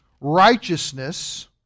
righteousness